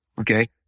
Okay